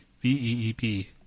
V-E-E-P